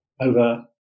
over